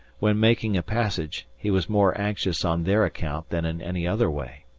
when making a passage, he was more anxious on their account than in any other way.